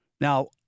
Now